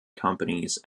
companies